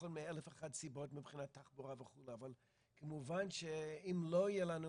נכון מאין סוף סיבות מבחינת התחבורה וכולי אבל כמובן שאם לא יהיה לנו